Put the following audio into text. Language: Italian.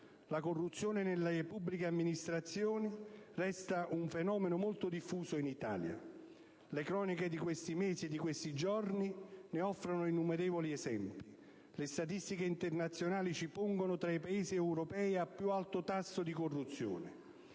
La corruzione nelle pubbliche amministrazioni resta un fenomeno molto diffuso in Italia. Le cronache di questi mesi e di questi giorni ne offrono innumerevoli esempi. Le statistiche internazionali ci pongono tra i Paesi europei a più alto tasso di corruzione.